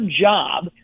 job